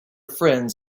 friends